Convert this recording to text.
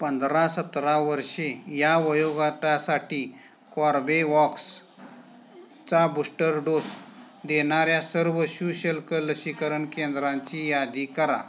पंधरा सतरा वर्षी या वयोगटासाठी कॉर्बेवॉक्स चा बूष्टर डोस देणाऱ्या सर्व सशुल्क लसीकरण केंद्रांची यादी करा